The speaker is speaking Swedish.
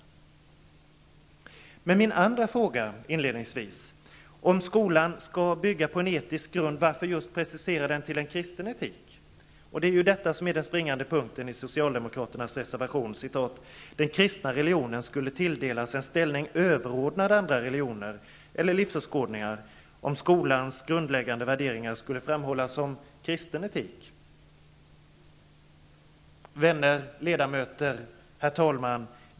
När det gäller min andra fråga, om skolan skall bygga på en etisk grund, kan man undra varför man just skall precisera den i enlighet med kristen etik? Detta är ju också den springande punkten i Socialdemokraternas reservation: ''Den kristna religionen skulle tilldelas en ställning överordnad andra religioner eller livsåskådningar om skolans grundläggande värderingar skulle framhållas som kristen etik.'' Herr talman! Vänner! Ledamöter!